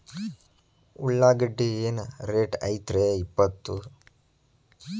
ಉಳ್ಳಾಗಡ್ಡಿ ಏನ್ ರೇಟ್ ಐತ್ರೇ ಇಪ್ಪತ್ತು?